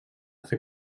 fer